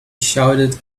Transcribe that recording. shouted